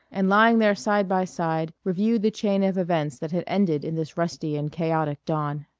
and lying there side by side reviewed the chain of events that had ended in this rusty and chaotic dawn.